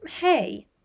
hey